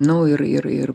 nau ir ir ir